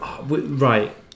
Right